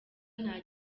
nta